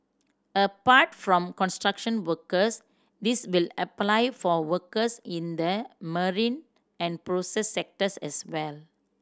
apart from construction workers this will apply for workers in the marine and process sectors as well